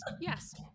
yes